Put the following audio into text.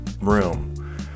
room